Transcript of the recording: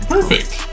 Perfect